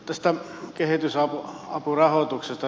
tästä kehitysapurahoituksesta